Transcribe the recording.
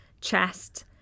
chest